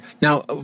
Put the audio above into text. Now